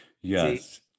Yes